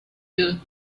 you